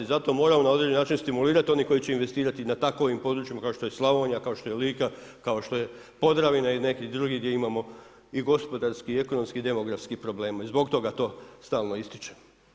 I zato moramo na određeni način stimulirati one koje će investirati na takvim područjima kao što je Slavonija, kao što je Lika, kao što je Podravina ili neki drugi gdje imamo i gospodarski i ekonomski i demografskih problema i zbog toga to stalno ističem.